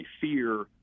fear